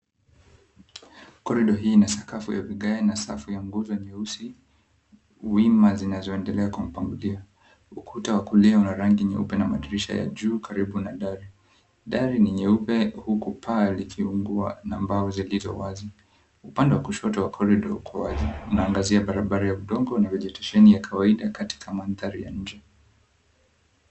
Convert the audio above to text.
Korido hii ina sakafu ya vigae na safu yenye nguzo nyeusi wima zinazoendelea kwa mpangilio. Ukuta wa kulia una rangi nyeupe na madirisha ya juu karibu na dari. Dari ni nyeupe huku paa likiungua na mbao zilizo wazi. Upande wa kushoto wa korido uko wazi unaangazia barabara ya udongo na vegetesheni ya kawaida katika mandhari ya nje.